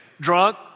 drunk